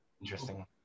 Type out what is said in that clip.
interesting